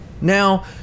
Now